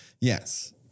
Yes